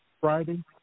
Friday